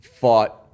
fought